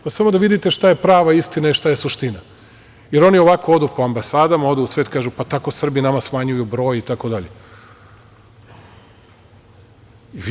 Samo da vidite šta je prava istina i šta je suština, jer oni ovako odu po ambasadama, odu u svet, pa tako Srbi nama smanjuju broj i tako dalje.